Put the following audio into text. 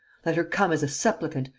let her come as a supplicant,